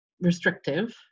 restrictive